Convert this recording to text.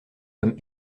comme